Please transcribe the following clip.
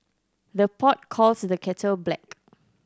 the pot calls the kettle black